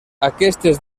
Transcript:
aquestes